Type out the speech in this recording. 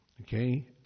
Okay